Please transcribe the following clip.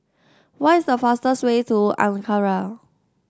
what is the fastest way to Ankara